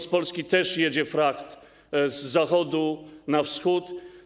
Z Polski też jedzie fracht, z zachodu na wschód.